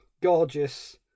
gorgeous